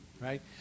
Right